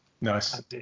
Nice